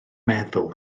meddwl